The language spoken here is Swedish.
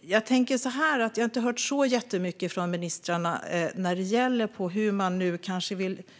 jag har inte hört så jättemycket från ministrarna nu när det gäller särskilda insatser.